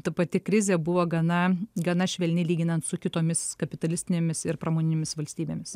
ta pati krizė buvo gana gana švelni lyginant su kitomis kapitalistinėmis ir pramoninėmis valstybėmis